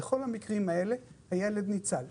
בכל המקרים האלה הילד ניצל.